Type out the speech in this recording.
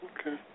Okay